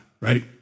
right